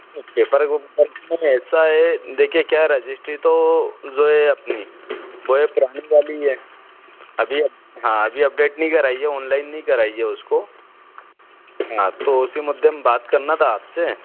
नहीं पेपर नहीं ऐसा है देखिए क्या रजिस्ट्री तो ज़ो है अपनी वो है पुरानी वाली है अभी अप हाँ अभी अपडेट नहीं कराई है ओनलाइन नहीं कराई है उसको हाँ तो उसी मुद्दे में बात करना था आप से